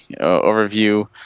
overview